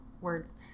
words